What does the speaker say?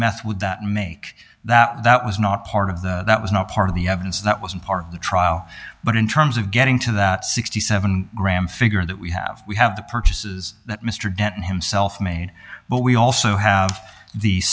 meth would that make that was not part of the that was not part of the evidence that wasn't part of the trial but in terms of getting to that sixty seven gram figure that we have we have the purchases that mr denton himself mean but we also have the